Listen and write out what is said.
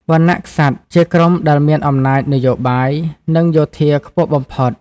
វណ្ណៈក្សត្រជាក្រុមដែលមានអំណាចនយោបាយ និងយោធាខ្ពស់បំផុត។